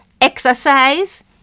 Exercise